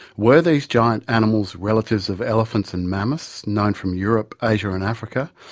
were these giant animals relatives of elephants and mammoths known from europe, asia and africa,